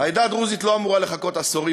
העדה הדרוזית לא אמורה לחכות עשורים